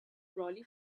brolly